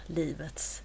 livets